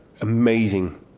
amazing